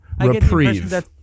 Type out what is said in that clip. reprieve